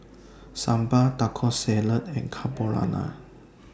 Sambar Taco Salad and Carbonara